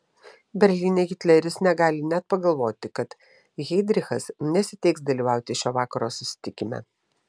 berlyne hitleris negali net pagalvoti kad heidrichas nesiteiks dalyvauti šio vakaro susitikime